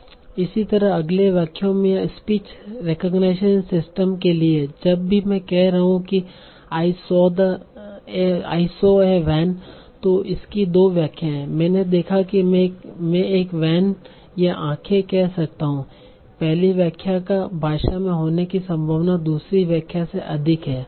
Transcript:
इसी तरह अगले वाक्यों में यह स्पीच रेकोगनाईजेसन सिस्टम के लिए है जब भी मैं कह रहा हूं कि आई सॉ ए वैन तों इसकी दो व्याख्याएं हैं मैंने देखा कि मैं एक वैन या आंखें कह सकता हूं पहली व्याख्या का भाषा में होने की संभावना दूसरी व्याख्या से अधिक है